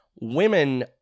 women